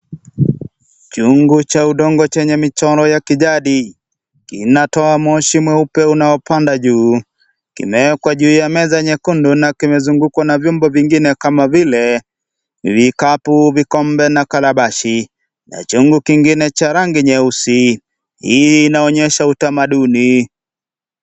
Kiungo cha udongo chenye mchoro wa kijadi kinatoa moshi mweupe unaopanda juu kimeekwa juu ya meza nyekundu na kimezungukwa na vyombo vingine kama vile vikabu vikombe na kalabashi na chungu kingine cha rangi nyeusi hii inaonyesha utamadhuni.